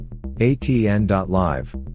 ATN.Live